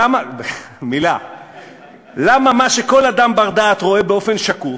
למה מה שכל אדם בר-דעת רואה באופן שקוף,